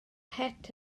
het